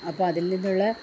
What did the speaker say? അപ്പോൾ അതിൽ നിന്നുള്ള